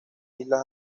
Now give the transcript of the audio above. islas